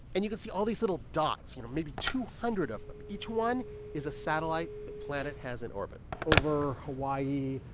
and you can see all these little dots, you know, maybe two hundred of. each one is a satellite that planet has in orbit over hawaii,